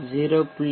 5 0